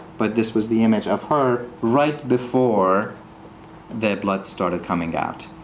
but this was the image of her right before the blood started coming out.